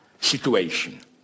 situation